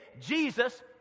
Jesus